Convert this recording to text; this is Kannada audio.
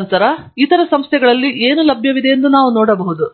ತದನಂತರ ಇತರ ಸಂಸ್ಥೆಗಳಲ್ಲಿ ಏನು ಲಭ್ಯವಿದೆ ಎಂಬುದನ್ನು ನಾವು ನೋಡಬಹುದು